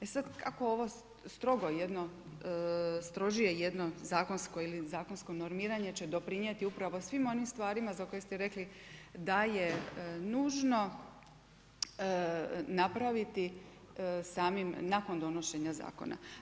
E sada kako ovo jedno strožije jedno zakonsko ili zakonsko normiranje će doprinijeti upravo svim onim stvarima za koje ste rekli da je nužno napraviti samim nakon donošenja zakona?